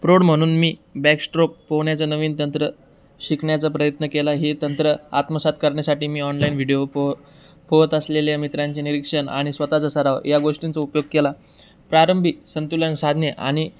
प्रौढ म्हणून मी बॅकस्ट्रोक पोहण्याचं नवीन तंत्र शिकण्याचा प्रयत्न केला हे तंत्र आत्मसात करण्यासाठी मी ऑनलाईन व्हिडिओ पो पोहत असलेल्या मित्रांचे निरीक्षण आणि स्वतःचा सराव या गोष्टींचा उपयोग केला प्रारंभीक संतुलन साधणे आणि